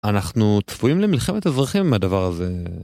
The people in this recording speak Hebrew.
אנחנו צפויים למלחמת אזרחים אם הדבר הזה...